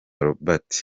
robert